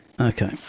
Okay